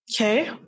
Okay